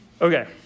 Okay